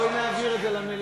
בואי נעביר את זה למליאה.